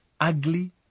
ugly